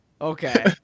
Okay